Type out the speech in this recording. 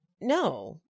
No